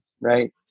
right